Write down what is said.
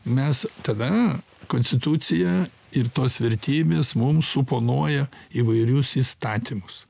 mes tada konstitucija ir tos vertybės mum suponuoja įvairius įstatymus